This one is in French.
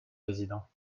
président